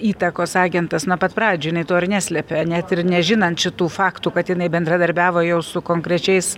įtakos agentas nuo pat pradžių jinai to ir neslėpė net ir nežinant šitų faktų kad jinai bendradarbiavo jau su konkrečiais